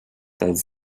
does